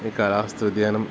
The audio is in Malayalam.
ഈ കലാവസ്ഥാ വ്യതിയാനം